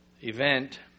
event